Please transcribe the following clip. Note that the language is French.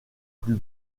plus